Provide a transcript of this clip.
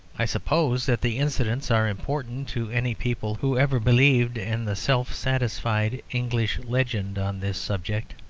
i suppose that the incidents are important to any people who ever believed in the self-satisfied english legend on this subject.